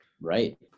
Right